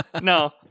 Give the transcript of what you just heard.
No